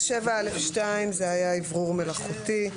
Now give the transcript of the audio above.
14 ו-15 ביום __________; 7(א)(2) זה אוורור מלאכותי ,